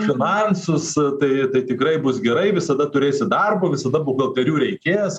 finansus tai tai tikrai bus gerai visada turėsi darbo visada buhalterių reikės